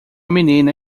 menina